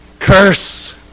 Curse